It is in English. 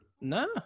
no